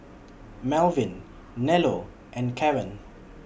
Malvin Nello and Caren